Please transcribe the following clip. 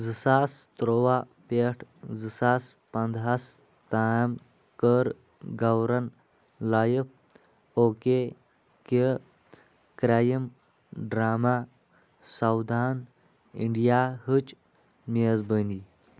زٕ ساس تُرٛواہ پٮ۪ٹھ زٕ ساس پنٛداہس تام كٔر گورَن لایِف اوکے كہِ کرٛایِم ڈراما ساودھان انڈیاہٕچ میزبٲنی